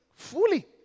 Fully